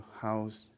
house